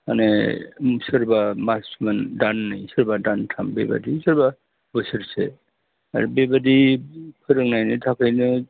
माने सोरबा मास मोननै दाननै सोरबा दानथाम बेबायदि सोरबा बोसोरसे आरो बेबायदि फोरोंनायनि थाखायनो